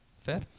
fair